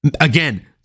again